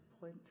point